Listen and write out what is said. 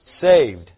saved